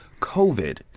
covid